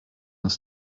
uns